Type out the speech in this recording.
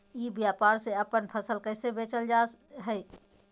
ई व्यापार से अपन फसल कैसे बेचल जा हाय?